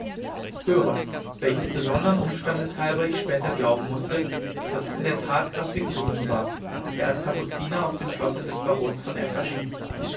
höre welches besonderen umstandes halber ich später glauben mußte daß es in der tat graf viktorin war der als kapuziner auf dem schlosse des barons von f